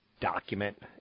document